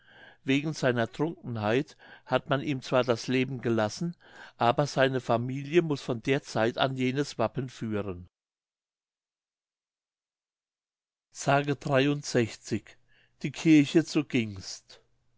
wegen seiner trunkenheit hat man ihm zwar das leben gelassen aber seine familie muß von der zeit an jenes wappen führen mündlich die kirche zu gingst